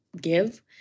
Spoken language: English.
give